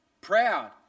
proud